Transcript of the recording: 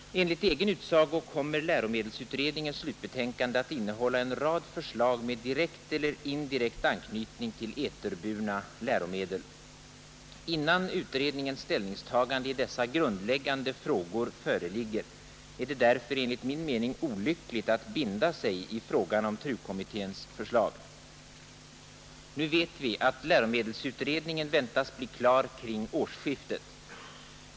Enligt egen utsago kommer utredningen i sitt slutbetänkande att framlägga en rad förslag med direkt eller indirekt anknytning till eterburna läromedel. Innan utredningens ställningstagande i dessa grundläggande frågor föreligger är det därför enligt min mening olyckligt att binda sig i frågan om TRU-kommitténs förslag. Nu vet vi att läromedelsutredningen väntas bli klar kring årsskiftet.